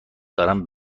دارم